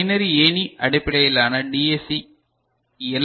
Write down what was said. binary ஏணி அடிப்படையிலான DAC L